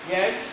Yes